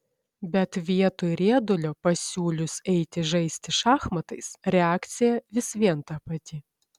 bet vietoj riedulio pasiūlius eiti žaisti šachmatais reakcija vis vien ta pati